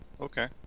okay